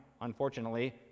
unfortunately